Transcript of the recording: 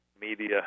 media